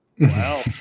wow